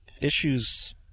issues